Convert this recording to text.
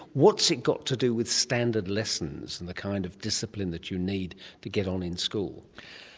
what's it got to do with standard lessons and the kind of discipline that you need to get on in school?